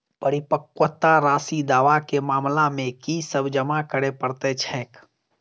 परिपक्वता राशि दावा केँ मामला मे की सब जमा करै पड़तै छैक?